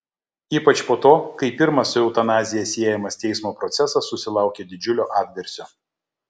ypač po to kai pirmas su eutanazija siejamas teismo procesas susilaukė didžiulio atgarsio